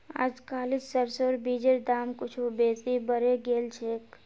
अजकालित सरसोर बीजेर दाम कुछू बेसी बढ़े गेल छेक